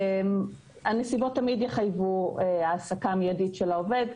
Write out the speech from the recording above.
הנסיבות תמיד יחייבו העסקה מידית של העובד,